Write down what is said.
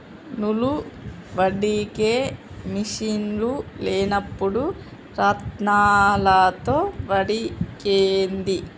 నూలు వడికే మిషిన్లు లేనప్పుడు రాత్నాలతో వడికేది